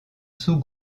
sous